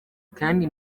kandi